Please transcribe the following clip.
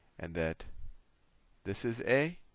and that this is a,